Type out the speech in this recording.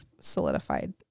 solidified